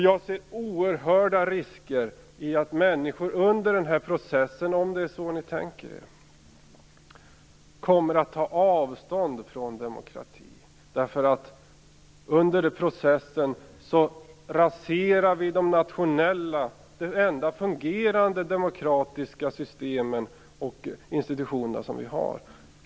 Jag ser oerhörda risker i att människor under den här processen, om det är så ni tänker er det, kommer att ta avstånd från demokratin. Under processen raserar vi de enda fungerande demokratiska system och institutioner som vi har, nämligen de nationella.